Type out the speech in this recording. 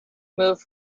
moved